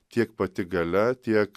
tiek pati galia tiek